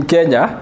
Kenya